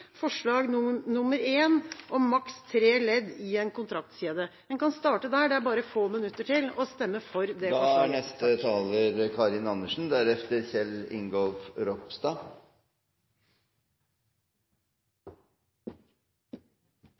forslag nr. 1, om maks tre ledd i en kontraktskjede. En kan starte der – det er bare få minutter til – med å stemme for det